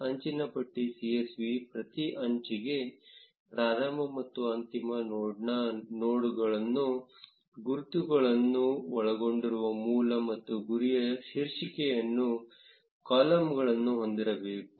ಅಂಚಿನ ಪಟ್ಟಿ csv ಪ್ರತಿ ಅಂಚಿಗೆ ಪ್ರಾರಂಭ ಮತ್ತು ಅಂತಿಮ ನೋಡ್ನ ನೋಡ್ ಗುರುತುಗಳನ್ನು ಒಳಗೊಂಡಿರುವ ಮೂಲ ಮತ್ತು ಗುರಿಯ ಶೀರ್ಷಿಕೆಯ ಕಾಲಮ್ಗಳನ್ನು ಹೊಂದಿರಬೇಕು